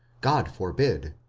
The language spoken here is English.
god forbid.